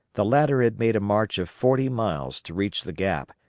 the latter had made a march of forty miles to reach the gap,